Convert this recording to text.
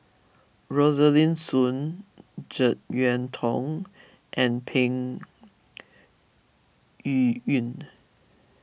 Rosaline Soon Jek Yeun Thong and Peng Yuyun